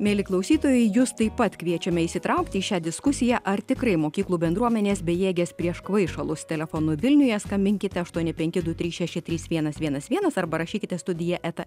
mieli klausytojai jus taip pat kviečiame įsitraukti į šią diskusiją ar tikrai mokyklų bendruomenės bejėgės prieš kvaišalus telefonu vilniuje skambinkite aštuoni penki du trys šeši trys vienas vienas vienas arba rašykite studija eta